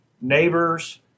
neighbors